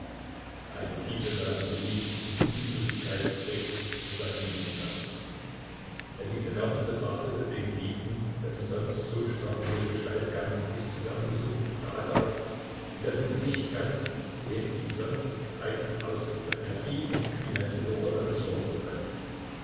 eine tiefe melancholie und mutlosigkeit prägte sich in seinen mienen aus elise merten betrachtete den geliebten dessen sonst so straffe hohe gestalt ganz in sich zusammengesunken dasaß und dessen gesicht ganz den ihm sonst eigenen ausdruck von energie und kühnheit verloren hatte sorgenvoll